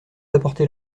apportez